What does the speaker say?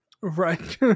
Right